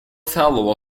fellow